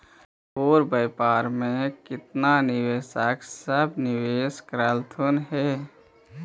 तोर व्यापार में केतना निवेशक सब निवेश कयलथुन हे?